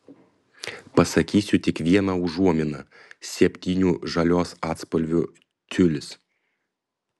pasakysiu tik vieną užuominą septynių žalios atspalvių tiulis